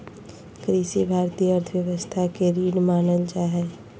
कृषि भारतीय अर्थव्यवस्था के रीढ़ मानल जा हइ